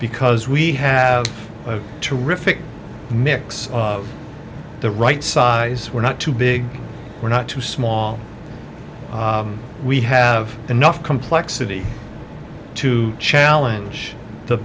because we have a terrific mix of the right size we're not too big we're not too small we have enough complexity to challenge the